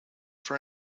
for